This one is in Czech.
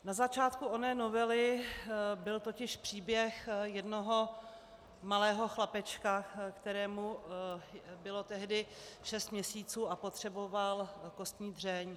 Na začátku oné novely byl totiž příběh jednoho malého chlapečka, kterému bylo tehdy šest měsíců a potřeboval kostní dřeň.